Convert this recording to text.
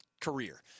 career